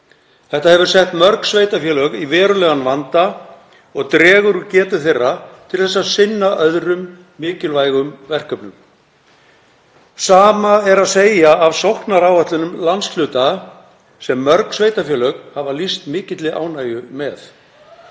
Þetta hefur sett mörg sveitarfélög í verulegan vanda og dregur úr getu þeirra til að sinna öðrum mikilvægum verkefnum. Sama er að segja af sóknaráætlunum landshluta sem mörg sveitarfélög hafa lýst mikilli ánægju með.